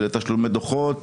תשלומי דוחות,